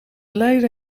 leider